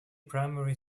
primary